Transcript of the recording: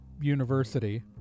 university